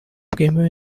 bwemewe